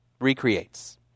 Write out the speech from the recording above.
recreates